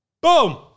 boom